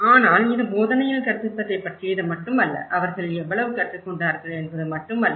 ஆனால் இது போதனையில் கற்பிப்பதைப் பற்றியது மட்டுமல்ல அவர்கள் எவ்வளவு கற்றுக்கொண்டார்கள் என்பது மட்டுமல்ல